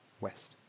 west